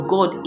God